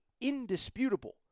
indisputable